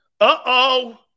Uh-oh